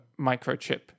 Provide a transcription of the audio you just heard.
microchip